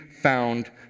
found